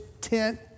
tent